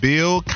Bill